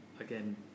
again